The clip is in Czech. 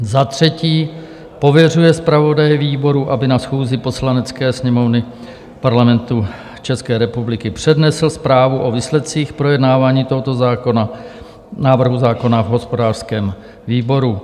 III. pověřuje zpravodaje výboru, aby na schůzi Poslanecké sněmovny Parlamentu České republiky přednesl zprávu o výsledcích projednávání tohoto návrhu zákona v hospodářském výboru;